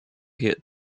hit